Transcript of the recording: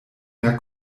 mehr